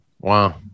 Wow